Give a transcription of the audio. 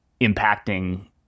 impacting